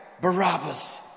Barabbas